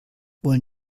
wollen